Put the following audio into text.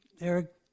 Eric